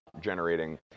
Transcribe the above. generating